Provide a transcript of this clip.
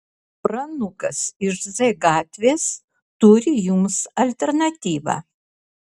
pranukas iš z gatvės turi jums alternatyvą